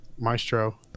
Maestro